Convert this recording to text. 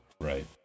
right